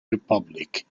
republic